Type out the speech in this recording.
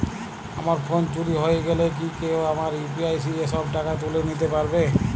আমার ফোন চুরি হয়ে গেলে কি কেউ আমার ইউ.পি.আই দিয়ে সব টাকা তুলে নিতে পারবে?